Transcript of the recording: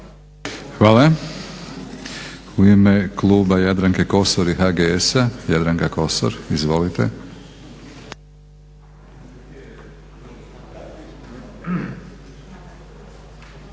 Hvala. U ime kluba Jadranke Kosor i HGS-a Jadranka Kosor. Izvolite.